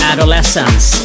Adolescence